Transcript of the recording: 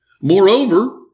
Moreover